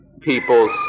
peoples